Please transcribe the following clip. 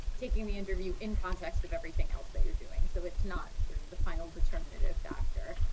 taking the interview in context of everything else that you're doing. so it's not sort of the final determinative factor.